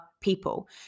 people